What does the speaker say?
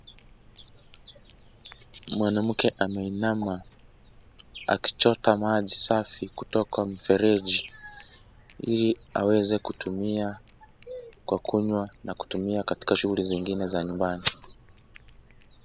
Mwanamke ameinama, akichota maji safi kutoka mfereji, ili aweze kutumia kwa kunywa na kutumia katika shughuli zingine za nyumbani.